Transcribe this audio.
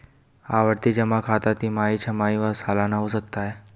आवर्ती जमा खाता तिमाही, छमाही व सलाना हो सकता है